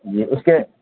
جی اس کے